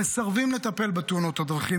מסרבים לטפל בתאונות הדרכים,